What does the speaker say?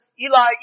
Eli